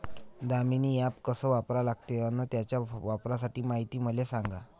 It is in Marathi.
दामीनी ॲप कस वापरा लागते? अन त्याच्या वापराची मायती मले सांगा